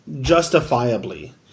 justifiably